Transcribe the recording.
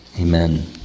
Amen